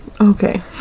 Okay